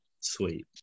sweet